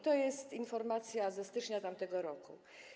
To jest informacja ze stycznia tamtego roku.